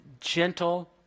Gentle